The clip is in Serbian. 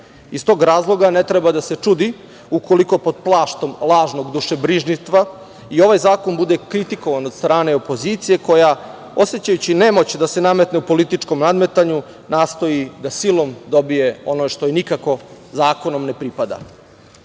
Iz tog razloga ne treba da se čudi ukoliko pod plaštom lažnog dušebrižništva i ovaj zakon bude kritikovan od strane opozicije koja osećajući nemoć da se nametne u političkom nadmetanju nastoji da silom dobije ono što nikako zakonom ne pripada. Područje